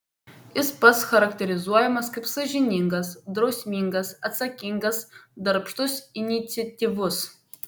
jis pats charakterizuojamas kaip sąžiningas drausmingas atsakingas darbštus iniciatyvus